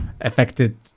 affected